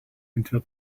until